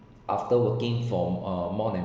after working for uh more than